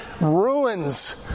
ruins